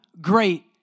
great